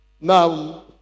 Now